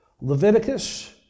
Leviticus